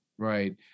Right